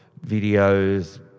videos